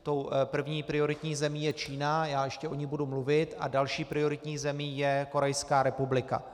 Tou první prioritní zemí je Čína, já ještě o ní budu mluvit, a další prioritní zemí je Korejská republika.